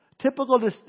Typical